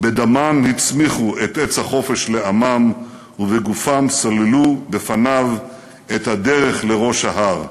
"בדמם הצמיחו את עץ החופש לעמם ובגופם סללו בפניו את הדרך לראש ההר".